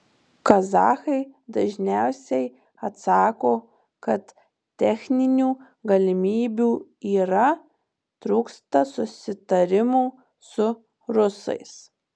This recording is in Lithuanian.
kazachai dažniausiai atsako kad techninių galimybių yra trūksta susitarimų su rusais